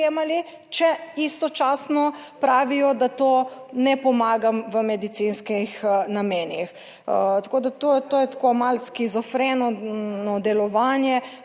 sprejemali, če istočasno pravijo, da to ne pomaga v medicinskih namenih? Tako, da to je tako malo shizofreno delovanje.